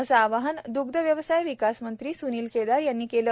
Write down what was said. असे आवाहन द्रग्ध व्यवसाय विकास मंत्री स्नील केदार यांनी केले